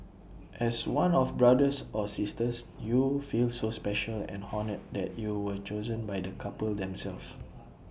as one of brothers or sisters you feel so special and honoured that you were chosen by the couple themselves